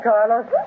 Carlos